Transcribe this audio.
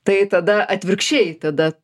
tai tada atvirkščiai tada